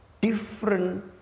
different